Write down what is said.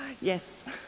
Yes